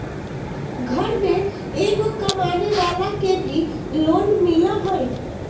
घर में एगो कमानेवाला के भी लोन मिलहई?